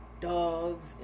dogs